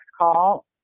call